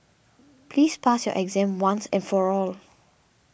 please pass your exam once and for all